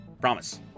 Promise